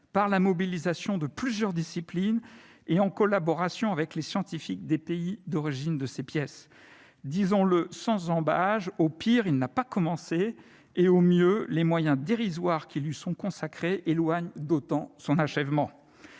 par la mobilisation de plusieurs disciplines et en collaboration avec les scientifiques des pays d'origine de ces pièces. Disons-le sans ambages : au pire, il n'a pas commencé, au mieux, les moyens dérisoires qui lui sont consacrés éloignent d'autant son achèvement.